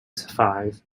survive